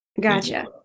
Gotcha